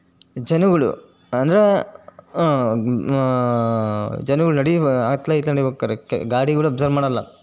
ಜನಗಳು ಅಂದರೆ ಜನಗಳು ನಡೀತ ಅತ್ಲು ಇತ್ಲು ನಡೀಬೇಕಾರೆ ಕೆ ಗಾಡಿಗಳು ಅಬ್ಸರ್ವ್ ಮಾಡೋಲ್ಲ